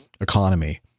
economy